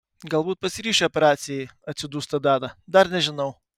galbūt pasiryšiu operacijai atsidūsta dana dar nežinau